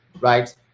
right